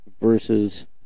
versus